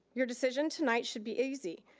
your decision tonight should be easy.